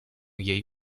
jej